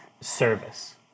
service